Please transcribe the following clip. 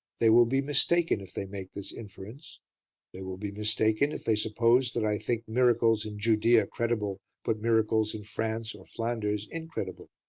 they will be mistaken if they make this inference they will be mistaken if they suppose that i think miracles in judaea credible but miracles in france or flanders incredible.